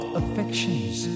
affections